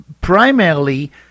primarily